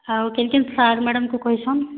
ଆଉ କେନ୍ କେନ୍ ସାର୍ ମ୍ୟାଡ଼ାମ୍ଙ୍କୁ କହିଛନ୍